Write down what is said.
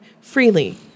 freely